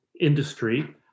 industry